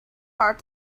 hard